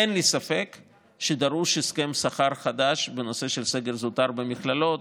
אין לי ספק שדרוש הסכם שכר חדש בנושא של הסגל הזוטר במכללות,